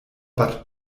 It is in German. bad